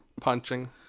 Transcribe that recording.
Punching